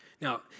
Now